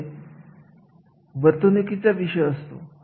आता तुम्ही एखादा कार्य बघत असाल